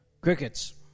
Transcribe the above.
crickets